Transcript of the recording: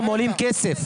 לאדם שיש לו משפחה.